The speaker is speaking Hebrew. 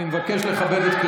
אני מבקש לא